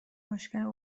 مشکل